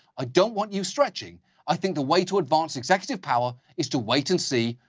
i don't want you stretching i think the way to advance executive power is to wait and see,